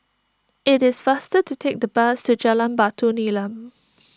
it is faster to take the bus to Jalan Batu Nilam